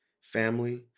family